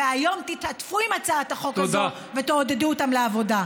והיום תתעטפו בהצעת החוק הזאת ותעודדו אותם לעבוד.